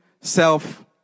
self